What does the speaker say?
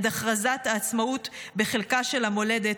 עד הכרזת העצמאות בחלקה של המולדת,